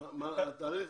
מה התאריך